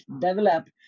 develop